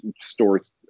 stores